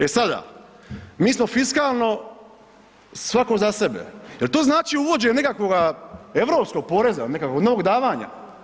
E sada, mi smo fiskalno svako za sebe, jel to znači uvođenje nekakvoga europskog poreza, nekakvog novog davanja?